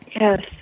Yes